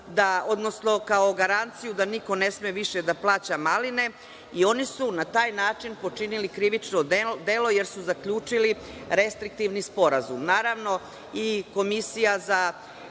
odnosno kao garanciju da niko ne sme više da plaća maline i oni su na taj način počinili krivično delo, jer su zaključili restriktivni sporazum. Naravno